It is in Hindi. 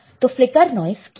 तो फ्लिकर नाइस क्या है